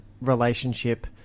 relationship